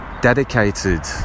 dedicated